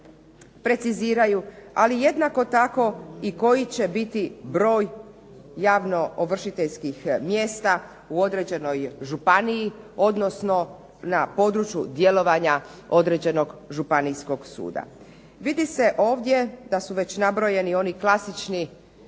preciziraju, ali jednako tako i koji će biti broj javno ovršiteljskih mjesta u određenoj županiji, odnosno na području djelovanja određenog županijskog suda. Vidi se ovdje da su već nabrojeni oni klasični